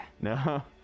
No